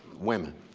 women,